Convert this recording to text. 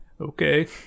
Okay